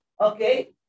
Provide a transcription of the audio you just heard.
Okay